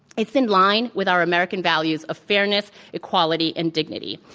it's in line with our american values of fairness, equality, and dignity.